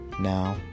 now